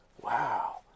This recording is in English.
wow